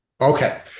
okay